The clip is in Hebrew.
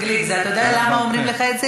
חבר הכנסת גליק, אתה יודע למה אומרים לך את זה?